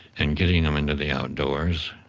and getting them into the outdoors,